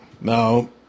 Now